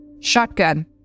Shotgun